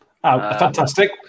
Fantastic